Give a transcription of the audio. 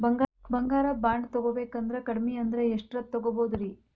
ಬಂಗಾರ ಬಾಂಡ್ ತೊಗೋಬೇಕಂದ್ರ ಕಡಮಿ ಅಂದ್ರ ಎಷ್ಟರದ್ ತೊಗೊಬೋದ್ರಿ?